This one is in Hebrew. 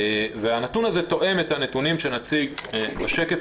הנתון הזה תואם את הנתונים שנציג בשקף